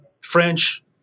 French